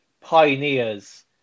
pioneers